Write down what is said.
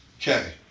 Okay